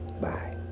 Bye